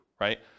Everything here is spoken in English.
right